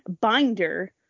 binder